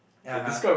uh-huh